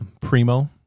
primo